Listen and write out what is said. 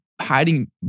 hiding